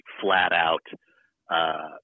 flat-out